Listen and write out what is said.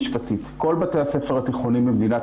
משפטית כל בתי הספר התיכוניים במדינת